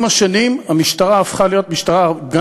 עם השנים המשטרה הפכה להיות משטרה גם